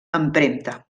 empremta